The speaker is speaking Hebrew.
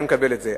אני מקבל את זה,